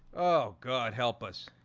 oh god help us